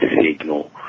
signal